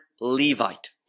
levite